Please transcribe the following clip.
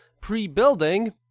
pre-building